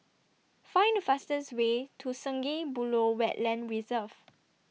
Find The fastest Way to Sungei Buloh Wetland Reserve